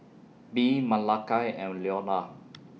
Bee Malakai and Leola